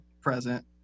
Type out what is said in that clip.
present